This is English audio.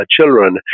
children